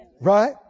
Right